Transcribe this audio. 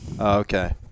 Okay